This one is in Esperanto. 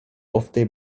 ofte